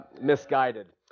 misguided